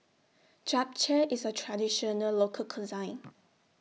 Japchae IS A Traditional Local Cuisine